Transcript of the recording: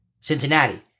Cincinnati